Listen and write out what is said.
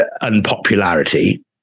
unpopularity